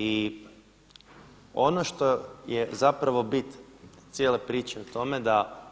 I ono što je zapravo bit cijele priče u tome da